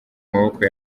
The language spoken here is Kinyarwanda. maboko